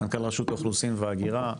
מנכ"ל רשות האוכלוסין וההגירה.